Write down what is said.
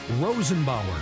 Rosenbauer